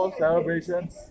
celebrations